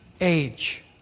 age